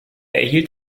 erhielt